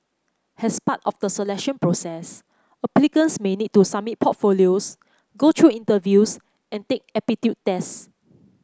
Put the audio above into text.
as part of the selection process applicants may need to submit portfolios go through interviews and take aptitude tests